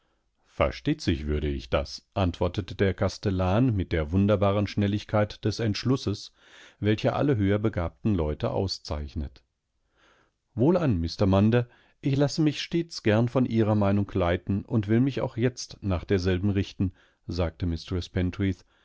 versteht sich würde ich das antwortete der kastellan mit der wunderbaren schnelligkeitdesentschlusses welcheallehöherbegabtenleuteauszeichnet wohlan mr munder ich lasse mich stets gern von ihrer meinung leiten und will mich auch jetzt nach derselben richten sagte